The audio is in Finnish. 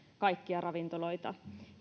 kaikkia ravintoloita